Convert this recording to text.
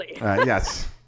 Yes